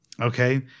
okay